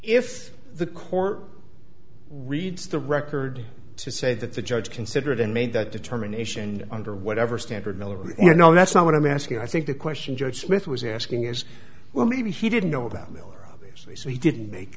if the court reads the record to say that the judge considered and made that determination under whatever standard miller you know that's not what i'm asking i think the question judge smith was asking is well maybe he didn't know about miller obviously so he didn't make